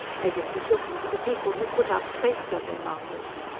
maybe it was looking for the people who put up space-survey markers.